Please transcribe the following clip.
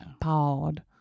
Pod